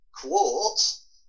quartz